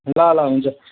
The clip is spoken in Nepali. ल ल हुन्छ